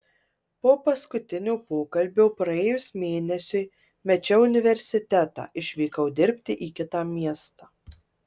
po paskutinio pokalbio praėjus mėnesiui mečiau universitetą išvykau dirbti į kitą miestą